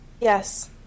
Yes